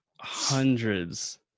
hundreds